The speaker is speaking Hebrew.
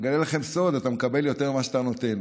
אני אגלה לכם סוד: אתה מקבל יותר ממה שאתה נותן.